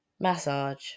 Massage